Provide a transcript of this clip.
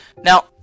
Now